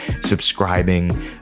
subscribing